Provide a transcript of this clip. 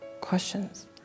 questions